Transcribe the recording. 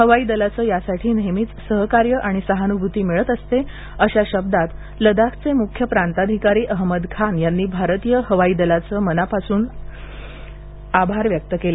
हवाई दलाचे यासाठी नेहमीच सहकार्य आणि सहानभूती मिळत असते अशा शब्दात लडखचे मुख्य प्रांताधिकारी अहमद खान यांनी भारतीय हवाई दलाचे मानापासून आभार व्यक्त केले